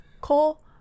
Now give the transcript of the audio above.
Cole